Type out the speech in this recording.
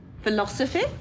philosophy